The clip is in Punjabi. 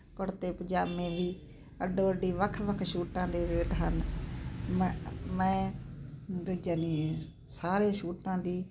ਕੁੜਤੇ ਪਜਾਮੇ ਵੀ ਅੱਡੋ ਅੱਡੀ ਵੱਖ ਵੱਖ ਸੂਟਾਂ ਦੇ ਰੇਟ ਹਨ ਮੈਂ ਮੈਂ ਦੂਜੇ ਨਹੀਂ ਸਾਰੇ ਸੂਟਾਂ ਦੀ